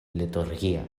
liturgia